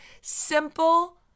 simple